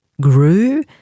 grew